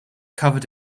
covered